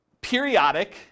periodic